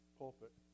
pulpit